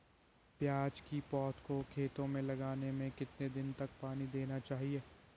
प्याज़ की पौध को खेतों में लगाने में कितने दिन तक पानी देना चाहिए?